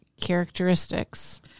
characteristics